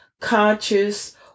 conscious